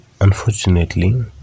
Unfortunately